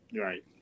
right